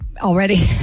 already